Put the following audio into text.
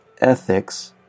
ethics